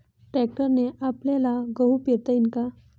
ट्रॅक्टरने आपल्याले गहू पेरता येईन का?